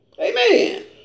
Amen